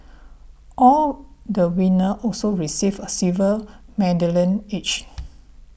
all the winner also received a silver medallion each